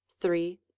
three